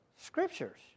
Scriptures